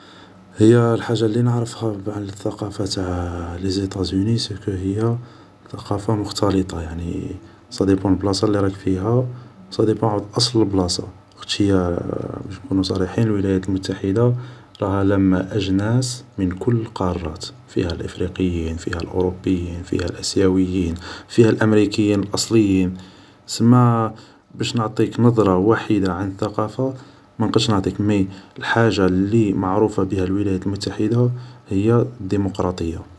هي الحاجة اللي نعرفها على الثقافة تاع لي زيطا زوني هي ثقافة مختلطة يعني صاديبون البلاصة اللي راك فيها صاديبون عاود اصل البلاصة خطش هي باش نكونو صريحين الولايات المتحدة راها لاما اجناس من كل القارات, فيها الافريقيين فيها الأوروبيين فيها الاسياويين فيها الامريكيين الاصليين, سما باش نعطيك نضرة واحدة عن الثقافة مانقدش نعطيك مي حاجة الواحدة اللي معروفة بها الولايات المتحدة الامريكية هي الديموقراطية